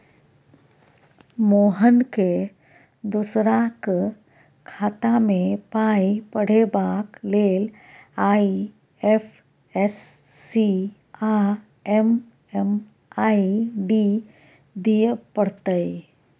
मोहनकेँ दोसराक खातामे पाय पठेबाक लेल आई.एफ.एस.सी आ एम.एम.आई.डी दिअ पड़तै